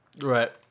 Right